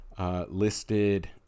listed